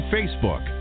Facebook